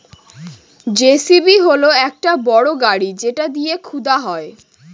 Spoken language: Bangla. যেসিবি হল একটা বড় গাড়ি যেটা দিয়ে খুদা হয়